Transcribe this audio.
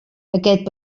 aquest